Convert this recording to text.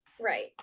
Right